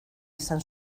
izan